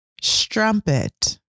Strumpet